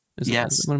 Yes